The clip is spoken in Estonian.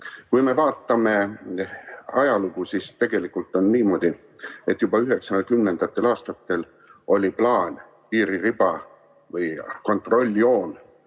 Kui me vaatame ajalugu, siis tegelikult on niimoodi, et juba 1990. aastatel oli plaan piiririba või kontrolljoon